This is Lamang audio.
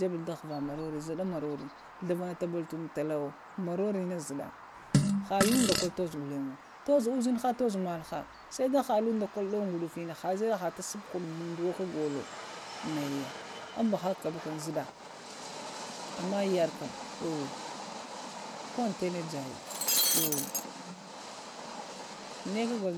Jebulu da ghva morore, ghunta tu tunda talawo, morore na zuɗa, ha lunz da kolo to zu ghulmgyo, tozu uzinha tozu malha, saida ha ondaida kol ɗowo ghudafini ŋba haba bakam zuɗa ŋ ma yaɗa kham ɗow yo ko əntanə jayio ɗuwe ne kagolo